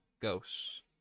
Ghosts